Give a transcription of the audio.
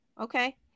okay